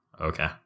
Okay